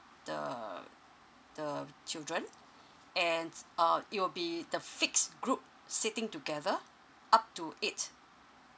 the the children and uh it'll be the fixed group sitting together up to eight